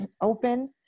open